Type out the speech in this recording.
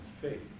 faith